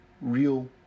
real